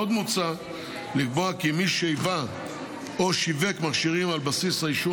עוד מוצע לקבוע כי מי שייבא או שיווק מכשירים על בסיס האישור